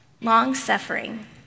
Long-suffering